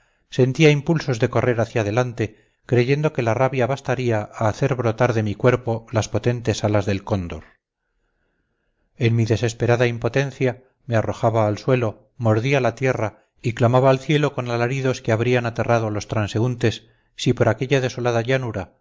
sentía impulsos de correr hacia adelante creyendo que la rabia bastaría a hacer brotar de mi cuerpo las potentes alas del cóndor en mi desesperada impotencia me arrojaba al suelo mordía la tierra y clamaba al cielo con alaridos que habrían aterrado a los transeúntes si por aquella desolada llanura